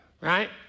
Right